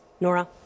Nora